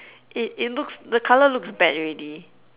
it it looks the colour looks bad already